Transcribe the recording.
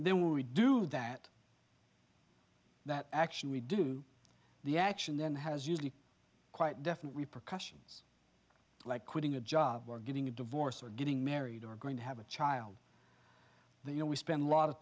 then we do that that action we do the action then has usually quite definite repercussions like quitting a job or getting a divorce or getting married or going to have a child that you know we spend a lot of